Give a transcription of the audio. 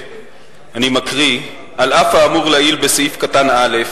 אני מקריא: "על אף האמור לעיל בסעיף קטן (א),